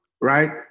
right